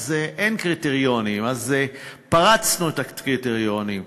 אז אין קריטריונים, אז פרצנו את הקריטריונים.